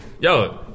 yo